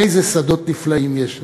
איזה שדות נפלאים יש לנו.